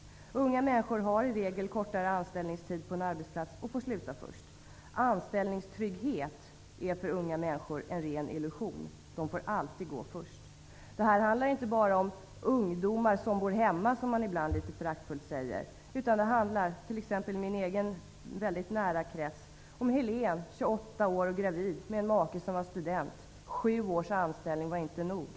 Unga människor har i regel kortare anställningstid på en arbetsplats och får därför sluta först. Anställningstrygghet är för unga människor en ren illusion. De får alltid gå först. Detta handlar inte bara om ungdomar som bor hemma -- som det föraktfullt kan sägas. I min nära vänkrets handlar det om Helen, 28 år och gravid, och hennes make som är student. Sju års anställningstid var inte nog.